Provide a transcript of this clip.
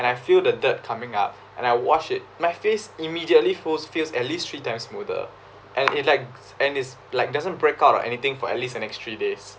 and I feel the dirt coming out and I wash it my face immediately fulls feels at least three times smoother and it's like and it's like doesn't break out or anything for at least the next three days